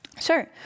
Sure